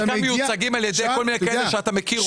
הם מיוצגים על ידי כל מיני כאלה שאתה מכיר אותם.